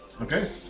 Okay